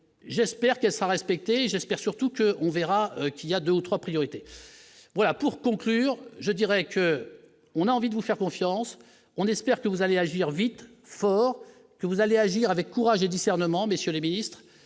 j'espère qu'elle sera respectée et j'espère surtout que, on verra qu'il y a 2 ou 3 priorités : voilà pour conclure, je dirais qu'on a envie de vous faire confiance, on espère que vous allez agir vite, fort, que vous allez agir avec courage et discernement, messieurs les Ministres